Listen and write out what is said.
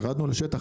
ירדנו לשטח,